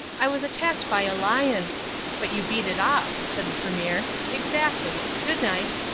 i was attacked by a lion but you beat it off, said the premier. exactly. good night.